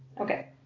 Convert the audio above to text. Okay